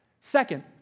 Second